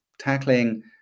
tackling